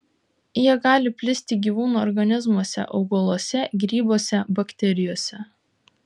jie gali plisti gyvūnų organizmuose augaluose grybuose bakterijose